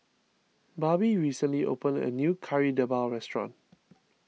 Barbie recently opened a new Kari Debal restaurant